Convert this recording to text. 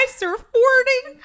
surfboarding